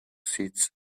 sits